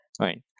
Right